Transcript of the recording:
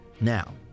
now